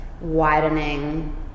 widening